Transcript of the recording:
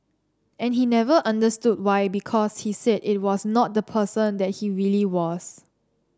and he never understood why because he said it was not the person that he really was